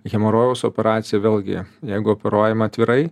hemorojaus operacija vėlgi jeigu operuojam atvirai